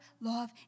love